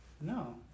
No